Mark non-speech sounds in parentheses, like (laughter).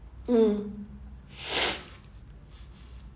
mm (noise)